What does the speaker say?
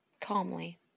Calmly